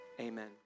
amen